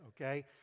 okay